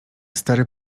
stary